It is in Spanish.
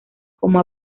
como